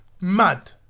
mad